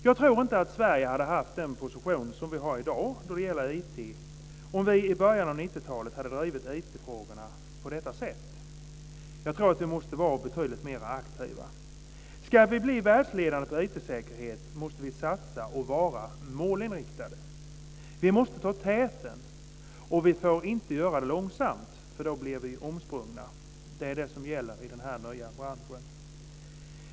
Jag tror inte att Sverige hade haft den position som vi har i dag då det gäller IT om vi i början av 90 talet hade drivit IT-frågorna på detta sätt. Jag tror att vi måste vara betydligt mer aktiva. Om vi ska bli världsledande på IT-säkerhet måste vi satsa och vara målinriktade. Vi måste ta täten, och vi får inte göra det långsamt för då blir vi omsprungna. Det är det som gäller i den här nya branschen.